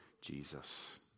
Jesus